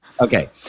Okay